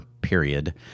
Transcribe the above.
period